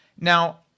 now